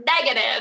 negative